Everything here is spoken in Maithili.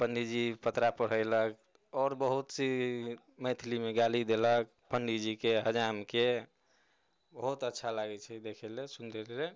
पंडीजी पतरा पढ़ैलक आओर बहुत चीज मैथिलीमे गाली देलक पंडीजीके हजामके बहुत अच्छा लागैत छै देखै लेल सुनै लेल